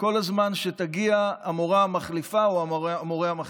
כל הזמן שתגיע המורה המחליפה או המורה המחליף.